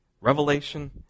revelation